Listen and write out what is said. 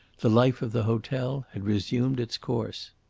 the life of the hotel had resumed its course.